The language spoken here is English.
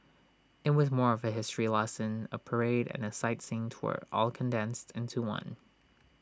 IT was more of A history lesson A parade and A sightseeing tour all condensed into one